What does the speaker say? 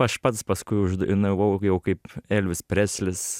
aš pats paskui uždainavau jau kaip elvis preslis